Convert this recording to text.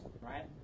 right